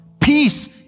Peace